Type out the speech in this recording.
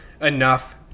enough